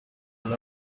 load